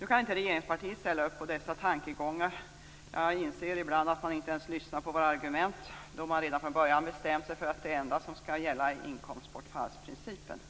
Regeringspartiet kan inte ställa sig bakom dessa tankegångar. Jag inser att man ibland inte ens lyssnar på våra argument utan redan från början bestämt sig för att det enda som skall gälla är inkomstbortfallsprincipen.